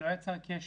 לא יצר קשר.